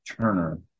turner